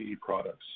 products